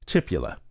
Tipula